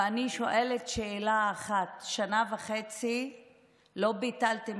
ואני שואלת שאלה אחת: שנה וחצי לא ביטלתם